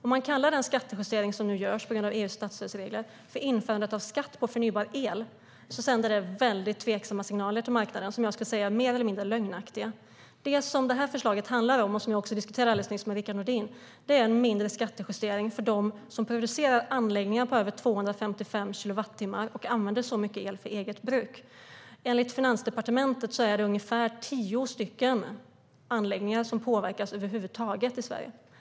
Om man kallar den skattejustering som nu görs på grund av EU:s statsstödsregler för införande av skatt på förnybar el sänder det väldigt tveksamma signaler till marknaden som jag skulle säga är mer eller mindre lögnaktiga. Det som det här förslaget handlar om och som jag också diskuterade alldeles nyss med Rickard Nordin är en mindre skattejustering för dem som producerar anläggningar på över 255 kilowattimmar och använder så mycket el för eget bruk. Enligt Finansdepartementet är det ungefär tio anläggningar som påverkas över huvud taget i Sverige.